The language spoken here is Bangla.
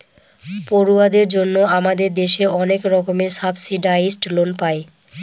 পড়ুয়াদের জন্য আমাদের দেশে অনেক রকমের সাবসিডাইসড লোন পায়